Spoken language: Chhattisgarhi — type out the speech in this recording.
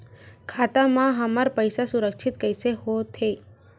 खाता मा हमर पईसा सुरक्षित कइसे हो थे?